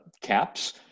CAPS